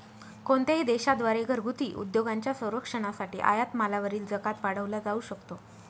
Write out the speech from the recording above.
कोणत्याही देशा द्वारे घरगुती उद्योगांच्या संरक्षणासाठी आयात मालावरील जकात वाढवला जाऊ शकतो